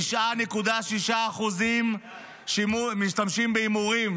9.6% משתמשים בהימורים,